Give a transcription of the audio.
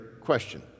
question